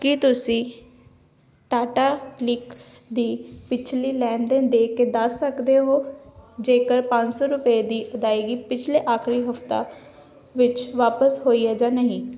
ਕਿ ਤੁਸੀਂਂ ਟਾਟਾ ਕਲਿੱਕ ਦੀ ਪਿਛਲੀ ਲੈਣ ਦੇਣ ਦੇਖ ਕੇ ਦੱਸ ਸਕਦੇ ਹੋ ਜੇਕਰ ਪੰਜ ਸੌ ਰੁਪਏ ਦੀ ਅਦਾਇਗੀ ਪਿਛਲੇ ਆਖਰੀ ਹਫ਼ਤਾ ਵਿੱਚ ਵਾਪਸ ਹੋਈ ਹੈ ਜਾਂ ਨਹੀਂ